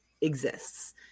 exists